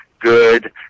Good